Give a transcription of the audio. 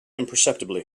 imperceptibly